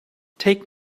take